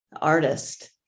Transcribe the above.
artist